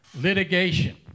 Litigation